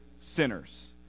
sinners